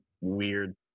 weird